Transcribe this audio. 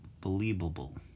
believable